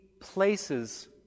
places